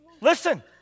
listen